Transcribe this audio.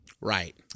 right